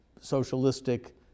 socialistic